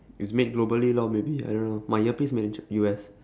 it's made globally lor maybe I don't know my earpiece made in jap~ U_S